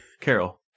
Carol